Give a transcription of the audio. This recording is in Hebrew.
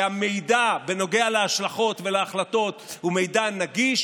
שהמידע בנוגע להשלכות ולהחלטות הוא מידע נגיש